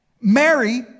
Mary